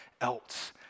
else